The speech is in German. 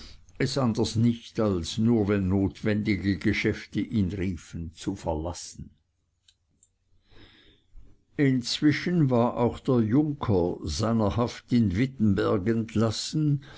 anders nicht als nur wenn notwendige geschäfte ihn riefen zu verlassen inzwischen war auch der junker seiner haft in wittenberg entlassen